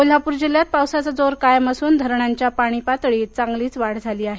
कोल्हापूर जिल्ह्यात पावसाचा जोर कायम असून धरणांच्या पाणी पातळीत चांगली वाढ झाली आहे